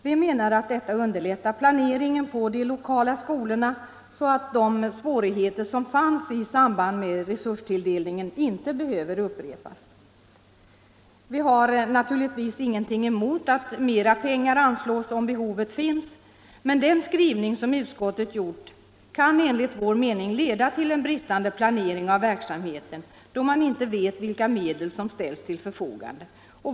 Vi menar att detta underlättar planeringen i de lokala skolorna, så att de svårigheter som fanns i samband med resurstilldelningen inte behöver upprepas. Vi har naturligtvis ingenting emot att mera pengar anslås, om behov föreligger, men den skrivning som utskottet har gjort kan enligt vår mening leda till en bristande planering av verksamheten, eftersom man inte vet vilka medel som ställs till förfogande.